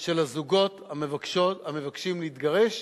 של הזוגות המבקשים להתגרש